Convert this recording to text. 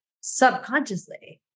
subconsciously